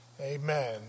Amen